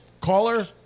caller